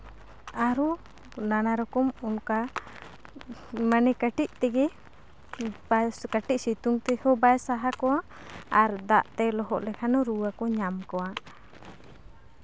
ᱟᱨᱚ ᱱᱟᱱᱟ ᱨᱚᱠᱚᱢ ᱚᱱᱠᱟ ᱢᱟᱱᱮ ᱠᱟᱹᱴᱤᱡ ᱛᱮᱜᱮ ᱠᱟᱹᱴᱤᱡ ᱥᱤᱛᱩᱝ ᱛᱮᱦᱚᱸ ᱵᱟᱭ ᱥᱟᱦᱟᱣ ᱠᱚᱣᱟ ᱟᱨ ᱫᱟᱜᱛᱮ ᱞᱚᱦᱚᱫ ᱞᱮᱠᱷᱟᱱ ᱦᱚᱸ ᱨᱩᱣᱟᱹ ᱠᱚ ᱧᱟᱢ ᱠᱚᱣᱟ